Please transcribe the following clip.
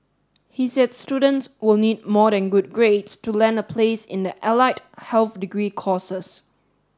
he said students will need more than good grades to land a place in the allied health degree courses